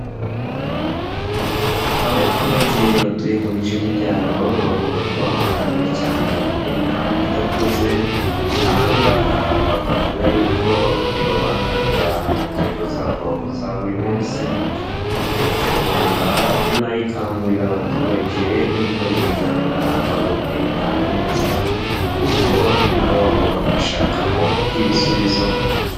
Abaturage batuye mu bice by'ibyaro bavuga ko babangamiwe cyane n'imihanda idakoze, aha ngaha bakavuga yuko bibabangamira mu ngendo zabo za buri munsi. Leta y'u Rwanda na yo ikangurira abaturage gukora imiganda bagakora imihanda neza kuko na bo bagomba kwishakamo ibisubizo.